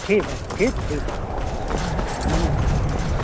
ठीक है ठीक ठीक है ठीक है ठीक नमस्कार नमस्कार